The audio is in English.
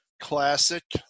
classic